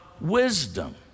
wisdom